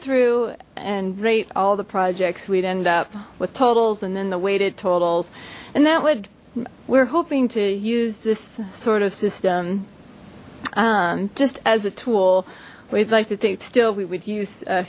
through and rate all the projects we'd end up with totals and then the weighted totals and that would we're hoping to use this sort of system just as a tool we'd like to think still we would use